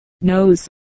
nose